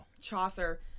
Chaucer